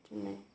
बिदिनो